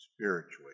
spiritually